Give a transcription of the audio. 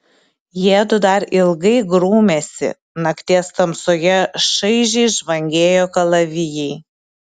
jiedu dar ilgai grūmėsi nakties tamsoje šaižiai žvangėjo kalavijai